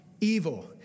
evil